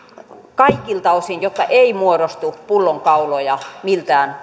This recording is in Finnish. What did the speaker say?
kaikilta osin jotta ei muodostu pullonkauloja miltään